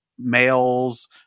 males